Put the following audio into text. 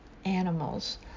animals